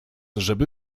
żeby